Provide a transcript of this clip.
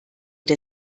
der